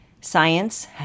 Science